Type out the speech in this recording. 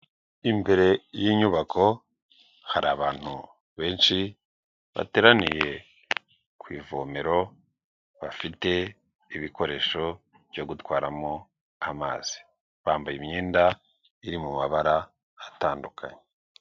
Imbere y'inyubako hari abantu benshi bateraniye ku ivomero bafite ibikoresho byo gutwaramo amazi bambaye imyenda iri mu mabara atandukanye.